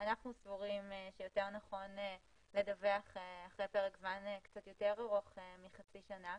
אנחנו סבורים שיותר נכון לדווח אחרי פרק זמן קצת יותר ארוך מחצי שנה.